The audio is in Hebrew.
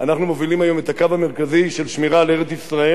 שמירה על ארץ-ישראל וגם שמירה על תל-אביב,